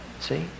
See